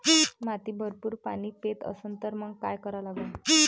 माती भरपूर पाणी पेत असन तर मंग काय करा लागन?